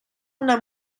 una